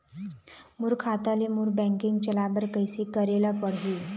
मोर खाता ले मोर बैंकिंग चलाए बर कइसे करेला पढ़ही?